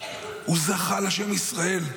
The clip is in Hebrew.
הוא זכה לשם "ישראל".